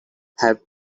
have